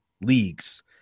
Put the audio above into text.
leagues